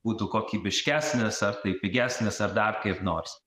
būtų kokybiškesnis ar tai pigesnis ar dar kaip nors